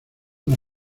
una